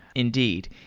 indeed.